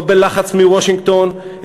לא בלחץ מוושינגטון,